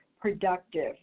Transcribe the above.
productive